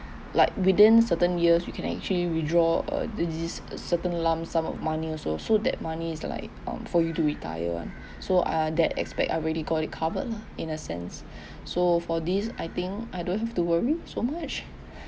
like within certain years you can actually withdraw uh this certain lump sum money also so that money is like um for you to retire [one] so ah that aspect I already got it covered lah in a sense so for this I think I don't have to worry so much